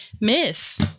miss